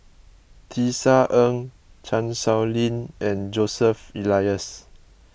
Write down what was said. Tisa Ng Chan Sow Lin and Joseph Elias